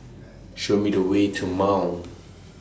Show Me The Way to Mount